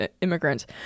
immigrants